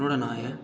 नोआड़ा नांऽ ऐ